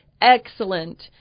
excellent